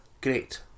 Great